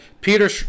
Peter